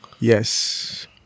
Yes